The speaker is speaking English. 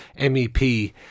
MEP